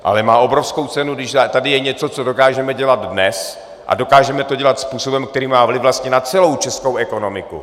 Ale má obrovskou cenu, když tady je něco, co dokážeme dělat dnes a dokážeme to dělat způsobem, který má vlastně vliv na celou českou ekonomiku.